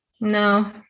No